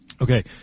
Okay